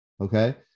okay